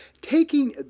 Taking